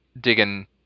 digging